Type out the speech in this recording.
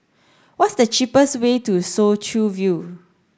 what's the cheapest way to Soo Chow View